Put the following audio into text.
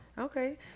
Okay